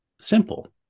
simple